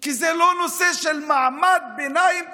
כי זה לא נושא של מעמד ביניים תל-אביבי,